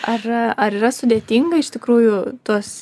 ar ar yra sudėtinga iš tikrųjų tuos